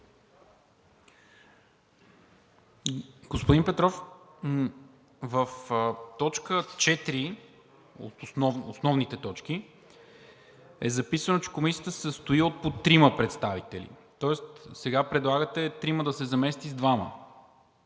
Господин Петров, в т. 4 от основните точки е записано, че Комисията се състои от по трима представители. Тоест сега предлагате „трима“ да се замести с „двама“